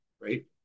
right